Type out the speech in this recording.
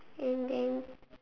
and then